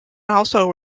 also